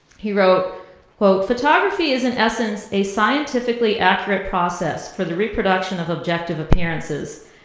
he wrote quote, photography is in essence a scientifically accurate process for the reproduction of objective appearances,